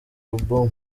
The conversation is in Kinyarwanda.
album